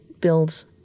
builds